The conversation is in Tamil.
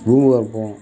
பூம்புகார் போகணும்